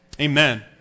amen